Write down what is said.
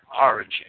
origin